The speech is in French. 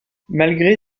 malgré